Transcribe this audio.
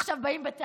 עכשיו, באים בטענות: